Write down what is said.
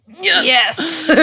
yes